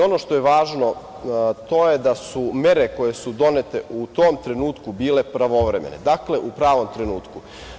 Ono što je važno, to je da su mere koje su donete u tom trenutku bile pravovremene, dakle, u pravom trenutku.